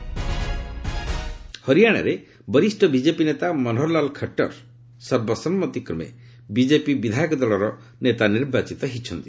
Haryana BJP meet ହରିୟାଣାରେ ବରିଷ୍ଣ BJP ନେତା ମନୋହରଲାଲ୍ ଖଟ୍ଟର୍ ସର୍ବସମ୍ମତିକ୍ରମେ ବିଜେପି ବିଧାୟକ ଦଳର ନେତା ନିର୍ବାଚିତ ହୋଇଛନ୍ତି